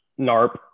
NARP